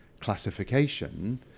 classification